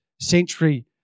century